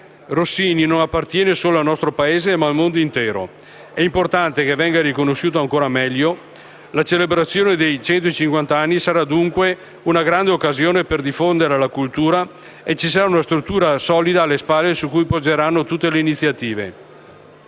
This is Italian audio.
Rossini non appartiene solo al nostro Paese ma al mondo intero. È importante che venga conosciuto ancora meglio: la celebrazione dei centocinquant'anni dalla morte sarà una grande occasione per diffondere cultura e ci sarà una struttura solida alle spalle su cui poggeranno tutte le iniziative.